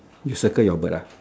just circle your bird lah